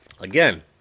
Again